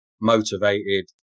motivated